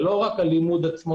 זה לא רק לימוד התורה,